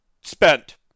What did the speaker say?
spent